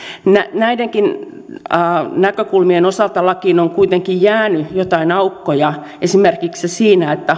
näidenkin näkökulmien osalta lakiin on kuitenkin jäänyt joitain aukkoja esimerkiksi se että